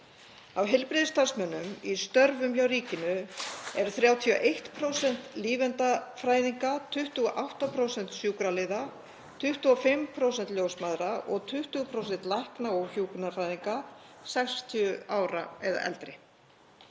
Af heilbrigðisstarfsmönnum í störfum hjá ríkinu eru 31% lífeindafræðinga, 28% sjúkraliða, 25% ljósmæðra og 20% lækna og hjúkrunarfræðinga 60 ára eða eldri.